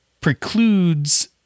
precludes